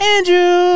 Andrew